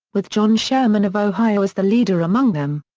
with john sherman of ohio as the leader among them.